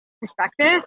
perspective